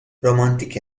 رومانتیک